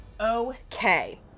Okay